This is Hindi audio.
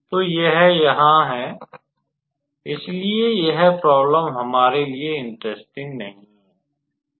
तो यह यहाँ है इसलिए यह प्रोब्लेम हमारे लिए इंट्रेस्टिंग नहीं होगी